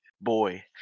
boy